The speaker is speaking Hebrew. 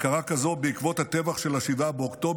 הכרה כזו, בעקבות הטבח של 7 באוקטובר,